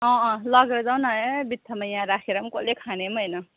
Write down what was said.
अँ अँ लगेर जाऊ न ए बित्थामा यहाँ राखेर पनि कसैले खाने पनि होइन